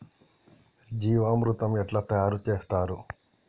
జీవామృతం ఎట్లా తయారు చేత్తరు?